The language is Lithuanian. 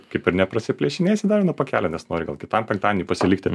kaip ir neprasiplėšinėsi dar vieno pakelio nes nori gal kitam penktadieniui pasilikti